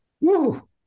Woo